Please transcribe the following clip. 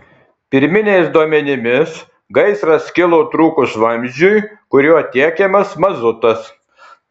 pirminiais duomenimis gaisras kilo trūkus vamzdžiui kuriuo tiekiamas mazutas